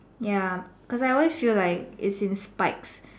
ya cause I always feels like it's in spikes